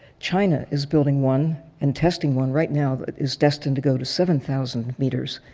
china is building one and testing one right now that is destined to go to seven thousand meters.